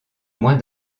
moins